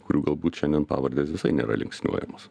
kurių galbūt šiandien pavardės visai nėra linksniuojamos